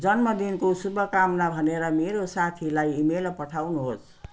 जन्मदिनको शुभकामना भनेर मेरो साथीलाई इमेल पठाउनुहोस्